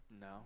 No